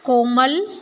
Komal